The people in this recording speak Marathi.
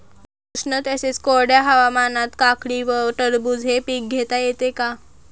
उष्ण तसेच कोरड्या हवामानात काकडी व टरबूज हे पीक घेता येते का?